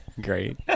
Great